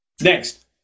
Next